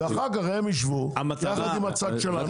אחר כך הם ישבו יחד עם הצד שלנו.